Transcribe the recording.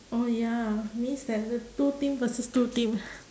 oh ya means that the two team versus two team